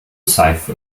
seife